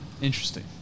Interesting